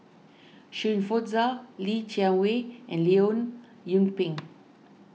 Shirin Fozdar Li Jiawei and Leong Yoon Pin